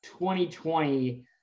2020